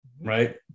right